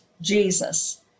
Jesus